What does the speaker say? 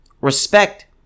Respect